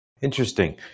Interesting